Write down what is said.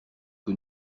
que